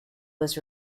was